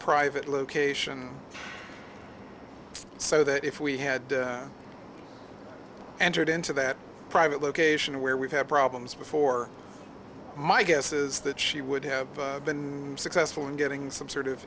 private location so that if we had entered into that private location where we've had problems before my guess is that she would have been successful in getting some sort of